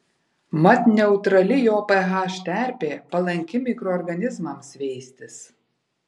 mat neutrali jo ph terpė palanki mikroorganizmams veistis